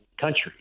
country